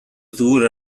ddŵr